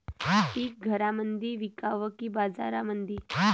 पीक घरामंदी विकावं की बाजारामंदी?